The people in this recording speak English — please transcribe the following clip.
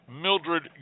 Mildred